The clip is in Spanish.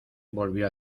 volvió